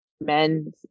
men